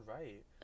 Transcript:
right